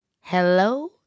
hello